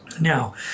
Now